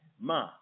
Ma